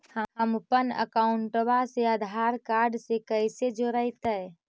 हमपन अकाउँटवा से आधार कार्ड से कइसे जोडैतै?